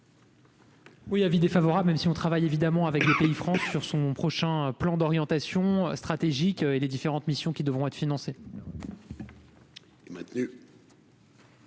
Oui : avis défavorable, même si on travaille évidemment avec les pays France sur son prochain plan d'orientation stratégique et les différentes missions qui devront être financés.